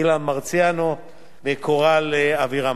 אילן מרסיאנו וקורל אבירם,